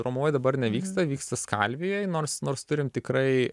romuvoj dabar nevyksta vyksta skalvijoj nors nors turim tikrai